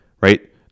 right